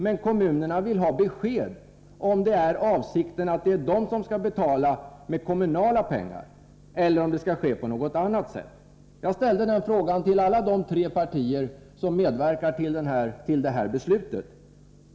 Men kommunerna vill ha besked om huruvida avsikten är den att de skall betala med kommunala pengar, eller om betalning skall ske på något annat sätt. Jag ställde frågan till alla de tre partier som medverkade till beslutet.